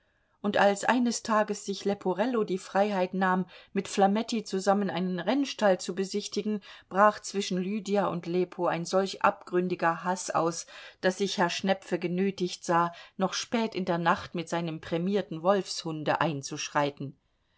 und als eines tages sich leporello die freiheit nahm mit flametti zusammen einen rennstall zu besichtigen brach zwischen lydia und lepo ein solch abgründiger haß aus daß sich herr schnepfe genötigt sah noch spät in der nacht mit seinem prämierten wolfshunde einzuschreiten